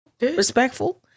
respectful